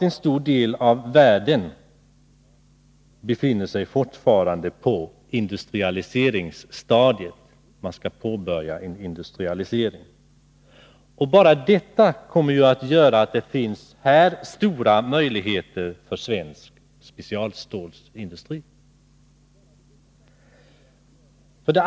En stor del av världen befinner sig fortfarande på industrialiseringsstadiet. Enbart denna omständighet kommer att innebära att det finns stora möjligheter för svensk specialstålsindustri.